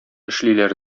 эшлиләр